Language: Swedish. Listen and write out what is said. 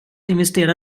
investera